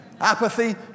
Apathy